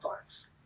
times